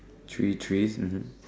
three trees mmhmm